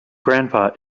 grandpa